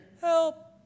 help